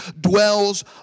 dwells